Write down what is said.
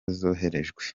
zoherejwe